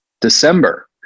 december